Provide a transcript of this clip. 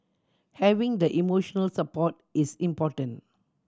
having the emotional support is important